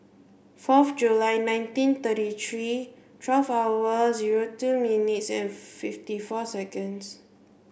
fourth July nineteen thirty three twelve hour zero two minutes and fifty four seconds